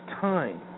time